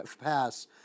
pass